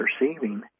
receiving